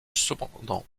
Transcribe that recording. cependant